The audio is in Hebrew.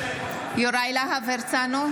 (קוראת בשמות חברי הכנסת) יוראי להב הרצנו,